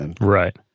Right